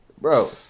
bro